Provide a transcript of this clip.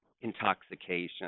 intoxication